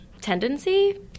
tendency